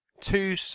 two